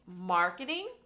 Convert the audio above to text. marketing